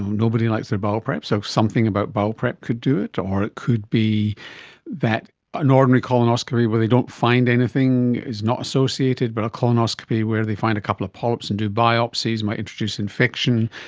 nobody likes their bowel prep, so something about bowel prep could do it. or it could be that an ordinary colonoscopy where they don't find anything is not associated, but a colonoscopy where they find a couple of polyps and do biopsies might introduce infection.